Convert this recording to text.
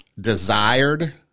desired